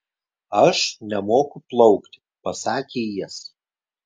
aš nemoku plaukti pasakė jis